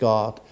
God